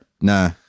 Nah